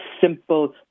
simple